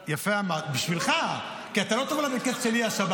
יפה, בשבילך, כי אתה לא תבוא לבית הכנסת שלי השבת.